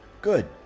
Good